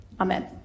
Amen